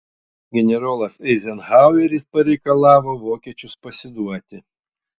generolas eizenhaueris pareikalavo vokiečius pasiduoti